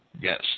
yes